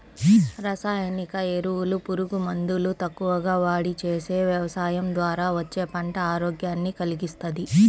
రసాయనిక ఎరువులు, పురుగు మందులు తక్కువగా వాడి చేసే యవసాయం ద్వారా వచ్చే పంట ఆరోగ్యాన్ని కల్గిస్తది